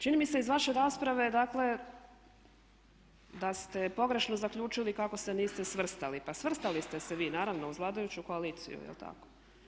Čini mi se iz vaše rasprave dakle da ste pogrešno zaključili kako se niste svrstali, pa svrstali ste se vi, naravno uz vladajuću koaliciju je li tako.